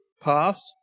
past